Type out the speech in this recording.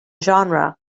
genera